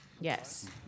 Yes